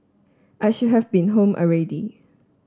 I should have been home already